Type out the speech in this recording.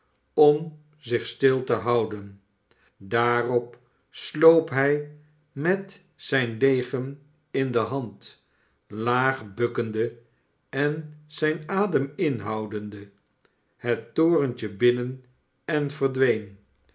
om zich stil te houden daarop sloop hij met zijn degen in de hand laag bukkende en zijn adem inhoudende het torentje binnen en verdween